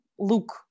look